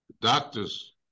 Doctors